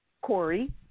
Corey